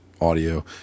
audio